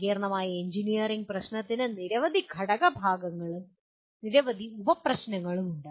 സങ്കീർണ്ണമായ എഞ്ചിനീയറിംഗ് പ്രശ്നത്തിന് നിരവധി ഘടകഭാഗങ്ങളും നിരവധി ഉപപ്രശ്നങ്ങളുമുണ്ട്